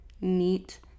neat